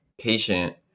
patient